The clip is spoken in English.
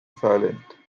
silent